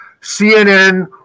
CNN